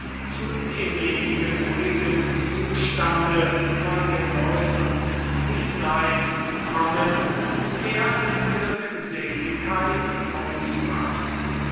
zu demjenigen ruhigen zustande von genuß und zufriedenheit zu kommen der die glückseligkeit ausmacht